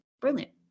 brilliant